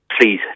Please